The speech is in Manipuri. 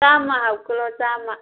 ꯆꯥꯝꯃ ꯍꯥꯞꯀꯠꯂꯣ ꯆꯥꯝꯃ